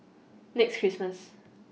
next Christmas